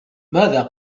ماذا